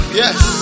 yes